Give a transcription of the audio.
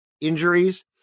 injuries